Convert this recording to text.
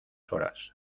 horas